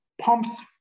pumps